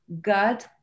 God